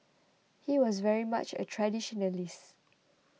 he was very much a traditionalist